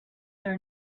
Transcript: are